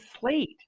slate